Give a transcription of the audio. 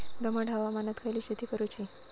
दमट हवामानात खयली शेती करूची?